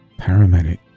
paramedic